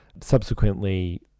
Subsequently